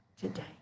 today